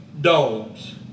dogs